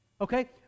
Okay